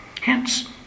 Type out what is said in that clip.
Hence